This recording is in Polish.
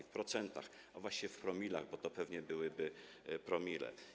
W procentach, a właściwie w promilach, bo to pewnie byłyby promile.